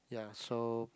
ya so